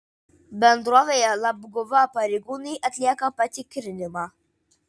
bendrovėje labguva pareigūnai atlieka patikrinimą